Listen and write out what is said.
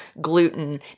gluten